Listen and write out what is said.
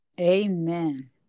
Amen